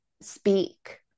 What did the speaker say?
speak